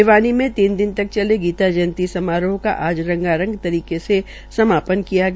भिवानी में तीन दिन तक चले गीता जयंती समारोह का आज रंगारंग तरीके से समापन हआ